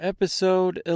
Episode